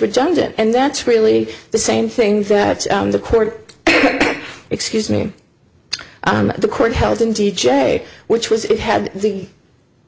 redundant and that's really the same thing that the court excuse me the court held in t j which was it had the